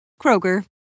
Kroger